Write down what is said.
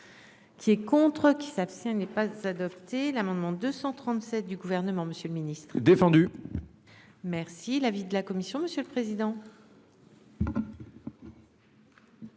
Qui est contre qui s'abstient n'est pas adopté l'amendement 237 du gouvernement, Monsieur le Ministre défendu. Merci l'avis de la commission, monsieur le président.